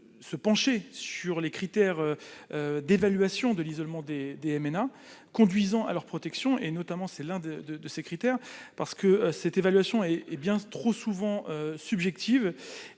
se pencher sur les critères d'évaluation de l'isolement des DNA conduisant à leur protection et notamment, c'est l'un de 2 de ces critères, parce que cette évaluation est et bien trop souvent subjective